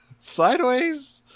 Sideways